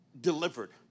delivered